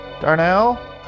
Darnell